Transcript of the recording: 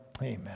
Amen